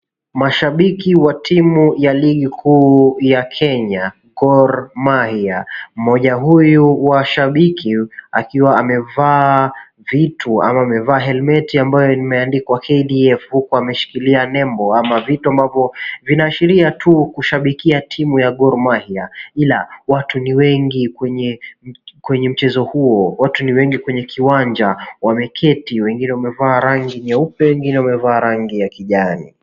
Mashabiki wa timu ya ligi kuu ya Kenya, Gor Mahia. Mmoja huyu wa shabiki akiwa amevaa vitu, ama amevaa helmeti ambayo imeandikwa KDF huku ameshikilia nembo ama vitu ambavyo vinaashiria tu kushabikia timu ya Gor Mahia ila watu ni wengi kwenye mchezo huo. Watu ni wengi kwenye kiwanja wameketi, wengine wamevaa rangi nyeupe, wengine wamevaa rangi ya kijani.